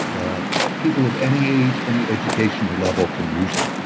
ah people of any age, any educational level can use them